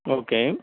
okay